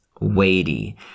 weighty